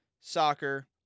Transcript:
soccer